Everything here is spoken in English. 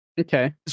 Okay